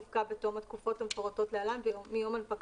יפקע בתום התקופות המפורטות להלן מיום הנפקתו: